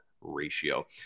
ratio